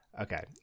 Okay